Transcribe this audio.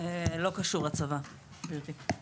זה לא קשור לצבא גברתי.